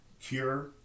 cure